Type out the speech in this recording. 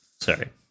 Sorry